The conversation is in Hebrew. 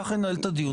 כך לנהל את הדיון,